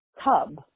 tub